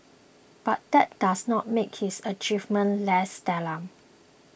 but that does not make his achievements less stellar